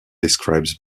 describes